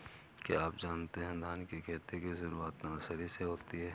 क्या आप जानते है धान की खेती की शुरुआत नर्सरी से होती है?